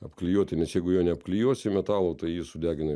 apklijuoti nes jeigu jo neapklijuosi metalo tai jį sudegina